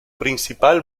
principal